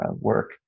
work